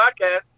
podcast